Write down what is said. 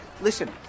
Listen